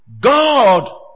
God